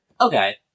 Okay